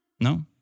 No